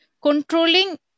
controlling